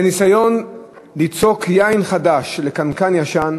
זה ניסיון ליצוק יין חדש לקנקן ישן,